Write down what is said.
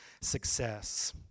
success